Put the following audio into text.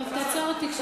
טוב, תעצור אותי כשתחליט.